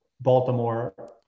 Baltimore